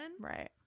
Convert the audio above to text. Right